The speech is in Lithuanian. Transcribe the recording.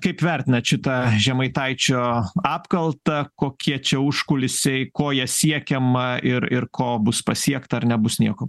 kaip vertinat šitą žemaitaičio apkaltą kokie čia užkulisiai ko ja siekiama ir ir ko bus pasiekta ar nebus nieko